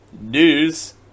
news